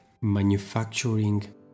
manufacturing